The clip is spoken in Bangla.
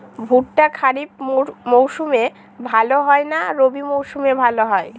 ভুট্টা খরিফ মৌসুমে ভাল হয় না রবি মৌসুমে ভাল হয়?